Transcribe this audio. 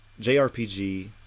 JRPG